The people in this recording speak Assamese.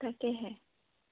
তাকেহে